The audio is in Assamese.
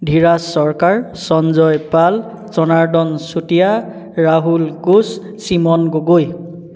ধীৰাজ চৰকাৰ সঞ্জয় পাল জনাৰ্দন চুতীয়া ৰাহুল কোঁচ সীমন গগৈ